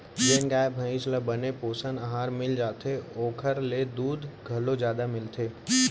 जेन गाय भईंस ल बने पोषन अहार मिल जाथे ओकर ले दूद घलौ जादा मिलथे